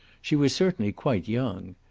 she was certainly quite young.